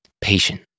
patient